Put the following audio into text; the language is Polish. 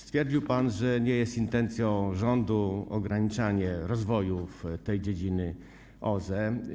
Stwierdził pan, że nie jest intencją rządu ograniczanie rozwoju dziedziny OZE.